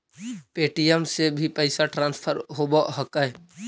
Paytm से भी पैसा ट्रांसफर होवहकै?